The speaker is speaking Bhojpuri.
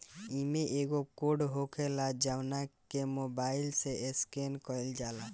इमें एगो कोड होखेला जवना के मोबाईल से स्केन कईल जाला